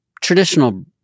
traditional